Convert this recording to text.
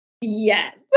Yes